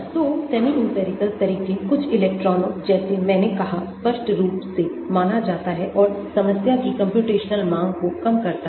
तो semi empirical तरीके कुछ इलेक्ट्रॉनों जैसे मैंने कहा स्पष्ट रूप से माना जाता है और समस्या की कम्प्यूटेशनल मांग को कम करता है